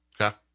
Okay